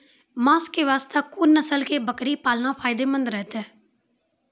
मांस के वास्ते कोंन नस्ल के बकरी पालना फायदे मंद रहतै?